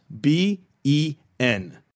B-E-N